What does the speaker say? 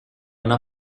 una